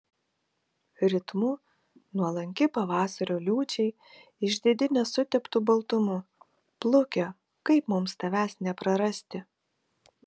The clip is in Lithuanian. ritmu nuolanki pavasario liūčiai išdidi nesuteptu baltumu pluke kaip mums tavęs neprarasti